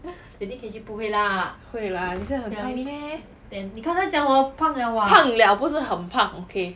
会 lah 你现在很胖 meh 胖 liao 不是很胖 okay